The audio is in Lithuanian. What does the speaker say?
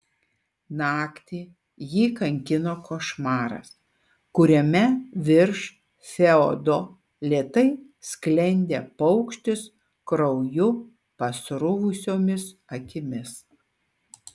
naktį jį kankino košmaras kuriame virš feodo lėtai sklendė paukštis krauju pasruvusiomis akimis